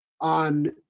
on